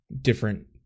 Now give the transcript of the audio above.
different